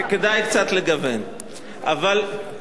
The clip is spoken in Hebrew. אבל כששמעתי את דבריכם כאן,